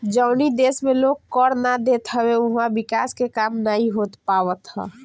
जवनी देस में लोग कर ना देत हवे उहवा विकास के काम नाइ हो पावत हअ